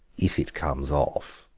if it comes off,